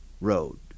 Road